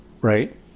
Right